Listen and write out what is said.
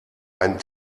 ein